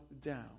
down